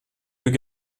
deux